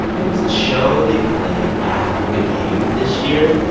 it was the show they played after the game this year.